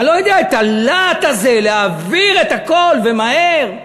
ואני לא יודע, הלהט הזה להעביר הכול ומהר.